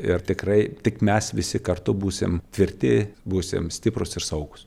ir tikrai tik mes visi kartu būsim tvirti būsim stiprūs ir saugūs